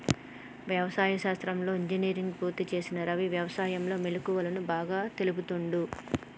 వ్యవసాయ శాస్త్రంలో ఇంజనీర్ పూర్తి చేసిన రవి వ్యసాయం లో మెళుకువలు బాగా చెపుతుండు